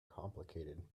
complicated